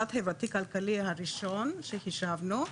מדד חברתי כלכלי הוא הראשון שחישבנו,